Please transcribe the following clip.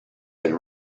and